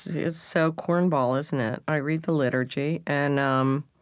it's so cornball, isn't it? i read the liturgy. and, um